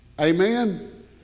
Amen